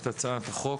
את הצעת החוק.